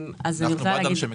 אנחנו בעד אנשי מקצוע.